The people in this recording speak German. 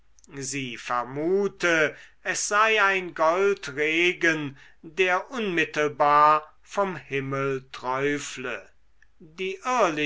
sie vermute es sei ein goldregen der unmittelbar vom himmel träufle die